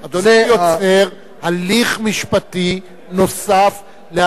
זה אדוני יוצר הליך משפטי נוסף להליך